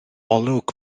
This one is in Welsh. olwg